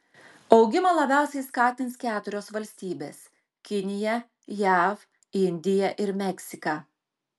augimą labiausiai skatins keturios valstybės kinija jav indija ir meksika